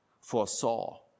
foresaw